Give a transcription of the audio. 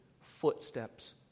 footsteps